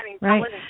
Right